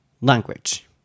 language